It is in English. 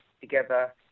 together